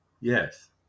Yes